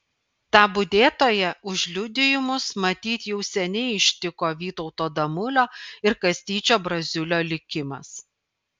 tą budėtoją už liudijimus matyt jau seniai ištiko vytauto damulio ir kastyčio braziulio likimas